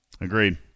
Agreed